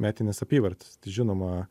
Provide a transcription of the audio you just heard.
metines apyvartos tai žinoma